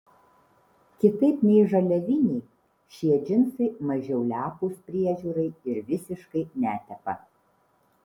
kitaip nei žaliaviniai šie džinsai mažiau lepūs priežiūrai ir visiškai netepa